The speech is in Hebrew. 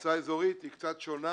מועצה אזורית היא קצת שונה